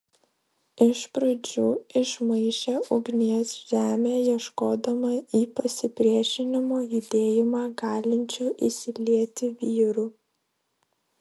iš pradžių išmaišė ugnies žemę ieškodama į pasipriešinimo judėjimą galinčių įsilieti vyrų